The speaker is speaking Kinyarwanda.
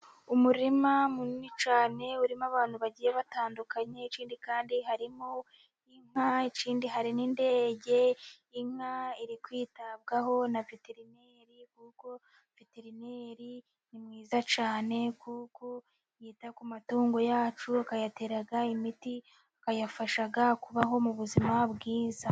Umurima munini cyane urimo abantu bagiye batandukanye, ikindi kandi harimo inka, ikindi hari n'indege, inka iri kwitabwaho na veterineri, kuko veterineri ni mwiza cyane kuko yita ku matungo yacu ,akayatera imiti, akayafasha kubaho mu buzima bwiza.